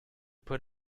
put